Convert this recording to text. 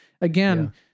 again